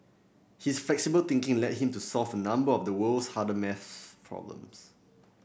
his flexible thinking led him to solve a number of the world's hardest maths problems